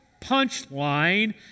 punchline